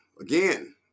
Again